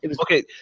Okay